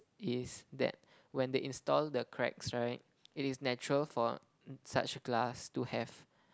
is that when they install the cracks right it is natural for such glass to have